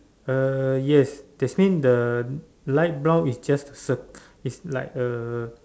uh yes that's means the light brown is just cir~ it's like a